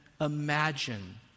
imagine